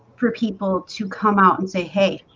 for people to come out and say hey